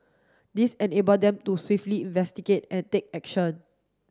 this enable them to swiftly investigate and take action